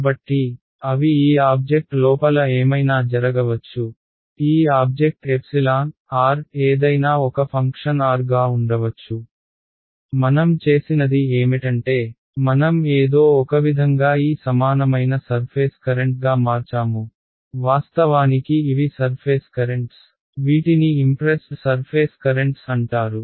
కాబట్టి అవి ఈ ఆబ్జెక్ట్ లోపల ఏమైనా జరగవచ్చు ఈ ఆబ్జెక్ట్ ఏదైనా ఒక ఫంక్షన్ r గా ఉండవచ్చు మనం చేసినది ఏమిటంటే మనం ఏదో ఒకవిధంగా ఈ సమానమైన సర్ఫేస్ కరెంట్గా మార్చాము వాస్తవానికి ఇవి సర్ఫేస్ కరెంట్స్ వీటిని ఇంప్రెస్డ్ సర్ఫేస్ కరెంట్స్ అంటారు